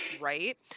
right